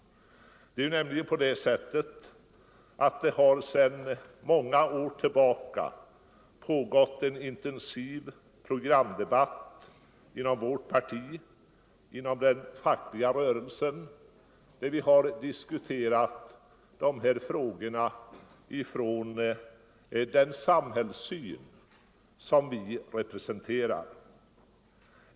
Sedan många år har det nämligen pågått en intensiv programdebatt inom vårt parti och inom den fackliga rörelsen, där vi har diskuterat de här frågorna utifrån den samhällssyn som vi representerar.